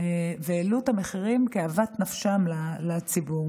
והעלו את המחירים כאוות נפשם לציבור,